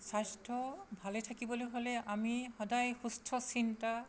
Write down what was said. স্বাস্থ্য ভালে থাকিবলৈ হ'লে আমি সদায় সুস্থ চিন্তা